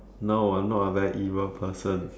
no I'm not a very evil person